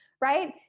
right